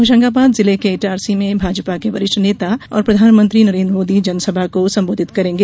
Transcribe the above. कल होशंगाबाद जिले के इटारसी में भाजपा के वरिष्ठ नेता और प्रधानमंत्री नरेन्द्र मोदी जनसभा को संबोधित करेंगे